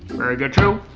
very good too!